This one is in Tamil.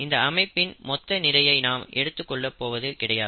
இந்த அமைப்பின் மொத்த நிறையை நாம் எடுத்துக் கொள்ளப் போவது கிடையாது